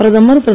பிரதமர் திரு